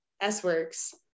S-Works